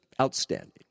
outstanding